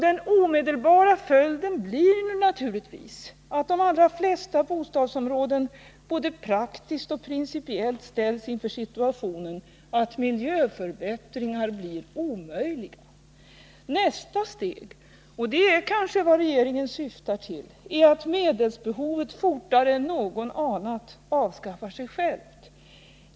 Den omedelbara följden blir naturligtvis att de allra flesta bostadsområden både praktiskt och principiellt ställs inför situationen att miljöförbättringar blir omöjliga. Nästa steg — och det kanske är vad regeringen syftar till — är att medelsbehovet fortare än någon anat avskaffar sig självt.